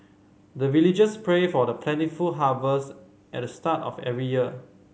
the villagers pray for plentiful harvest at the start of every year